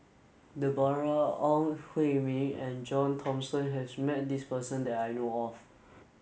Deborah Ong Hui Min and John Thomson has met this person that I know of